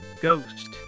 ghost